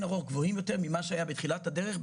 ערוך גבוהים יותר ממה שהיה בתחילת הדרך,